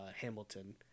Hamilton